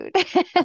food